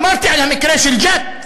אמרתי על המקרה של ג'ת,